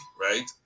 right